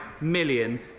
million